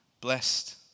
Blessed